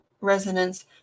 resonance